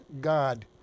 God